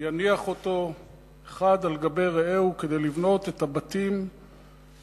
יניח אותו אחד על גבי רעהו כדי לבנות את הבתים לילדיהם.